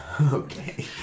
Okay